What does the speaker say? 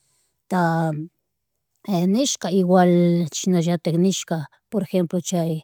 ta neshka igual chishnallatik nishka por ejemplo chay